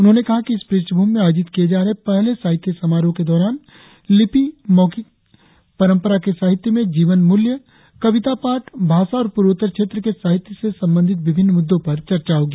उन्होंने कहा कि इस प्रष्ठभूमि में आयोजित किये जा रहे पहले साहित्य समारोह के दौरान लिपि मौखिक परंपरा के साहित्य में जीवन मूल्य कविता पाठ भाषा और पूर्वोत्तर क्षेत्र के साहित्य से संबंधित विभिन्न मुद्दों पर चर्चा होगी